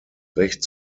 recht